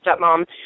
stepmom